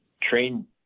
train